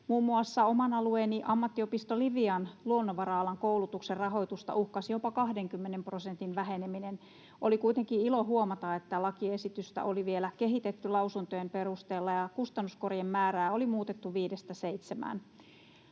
Muun muassa oman alueeni Ammattiopisto Livian luonnonvara-alan koulutuksen rahoitusta uhkasi jopa 20 prosentin väheneminen. Oli kuitenkin ilo huomata, että lakiesitystä oli vielä kehitetty lausuntojen perusteella ja kustannuskorien määrää oli muutettu